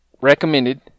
recommended